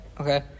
Okay